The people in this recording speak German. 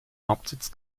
hauptsitz